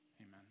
Amen